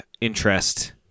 interest